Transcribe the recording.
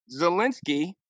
Zelensky